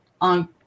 on